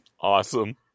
awesome